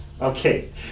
Okay